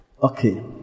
Okay